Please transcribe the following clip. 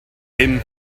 him